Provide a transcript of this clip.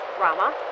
Rama